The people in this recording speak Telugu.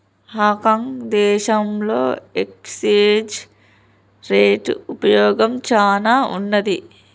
హాంకాంగ్ దేశంలో ఎక్స్చేంజ్ రేట్ ఉపయోగం చానా ఉన్నాది